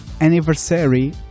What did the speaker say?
anniversary